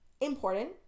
important